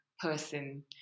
person